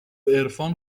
عرفان